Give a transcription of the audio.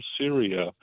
Syria